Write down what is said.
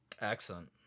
excellent